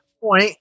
point